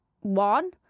one